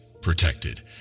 protected